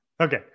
okay